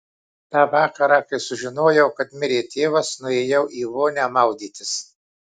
tą vakarą kai sužinojau kad mirė tėvas nuėjau į vonią maudytis